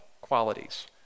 qualities